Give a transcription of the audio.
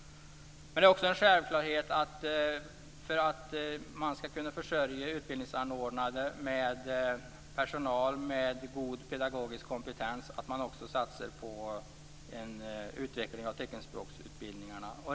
Men en självklarhet för att man skall kunna försörja utbildningsanordnare med personal som har god pedagogisk kompetens är att man också satsar på en utveckling av teckenspråksutbildningarna.